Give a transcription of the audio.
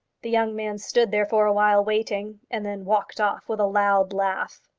the young man stood there for a while waiting, and then walked off with a loud laugh.